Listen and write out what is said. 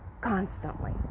constantly